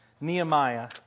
Nehemiah